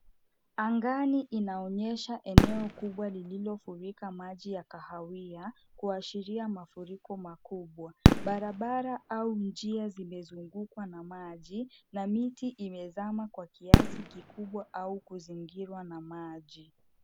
Angani inaonyesha eneo kubwa lililofurika maji ya kahawia, kuashiria mafuriko makubwa. Barabara au njia zimezungukwa na maji na miti imezama kwa kiasi kikubwa au kuzingirwa na maji.